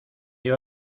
iba